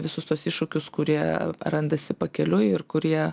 visus tuos iššūkius kurie randasi pakeliui ir kurie